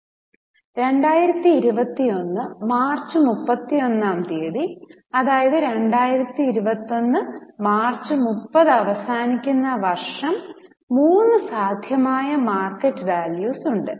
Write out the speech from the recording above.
2021 March മുപ്പത്തിയൊന്നാം തീയതി അതായത് 2021 മാർച്ച് മുപ്പത് അവസാനിക്കുന്ന വര്ഷം മൂന്ന് സാധ്യമായ മാർക്കറ്റ് വാല്യൂസ് ഉണ്ട്